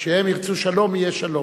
כשהם ירצו שלום, יהיה שלום.